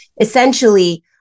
essentially